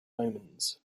omens